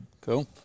Cool